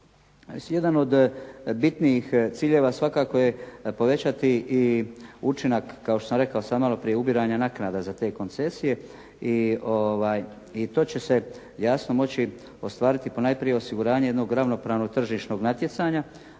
jedan od bitnih ciljeva svakako je povećati i učinak kao što sam rekao sad maloprije ubiranja naknada za te koncesije i to će se jasno moći ostvariti ponajprije osiguranje jednog ravnopravno tržišnog natjecanja,